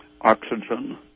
oxygen